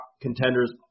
contenders